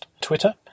Twitter